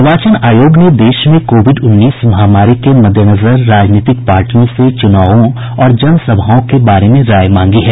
निर्वाचन आयोग ने देश में कोविड उन्नीस महामारी के मद्देनजर राजनीतिक पार्टियों से चुनावों और जनसभाओं के बारे में राय मांगी है